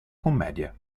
commedia